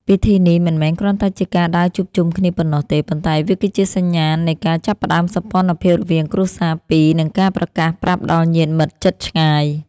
ពិធីនេះមិនមែនគ្រាន់តែជាការដើរជួបជុំគ្នាប៉ុណ្ណោះទេ ប៉ុន្តែវាគឺជាសញ្ញាណនៃការចាប់ផ្តើមសម្ពន្ធភាពរវាងគ្រួសារពីរ និងការប្រកាសប្រាប់ដល់ញាតិមិត្តជិតឆ្ងាយ